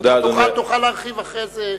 תוכל להרחיב אחרי זה,